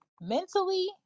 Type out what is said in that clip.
mentally